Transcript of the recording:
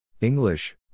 English